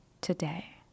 today